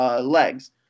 legs